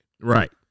Right